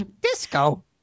Disco